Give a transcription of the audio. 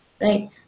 right